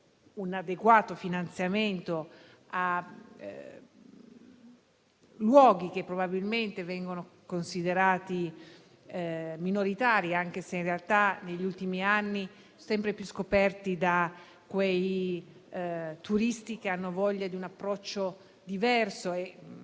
un adeguato finanziamento a luoghi che probabilmente vengono considerati minoritari, anche se in realtà negli ultimi anni sempre più scoperti dai turisti - sia italiani sia stranieri - che hanno voglia di un approccio diverso